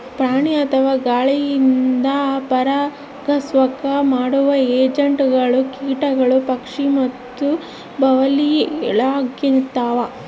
ಪ್ರಾಣಿ ಅಥವಾ ಗಾಳಿಯಿಂದ ಪರಾಗಸ್ಪರ್ಶ ಮಾಡುವ ಏಜೆಂಟ್ಗಳು ಕೀಟಗಳು ಪಕ್ಷಿ ಮತ್ತು ಬಾವಲಿಳಾಗಿರ್ತವ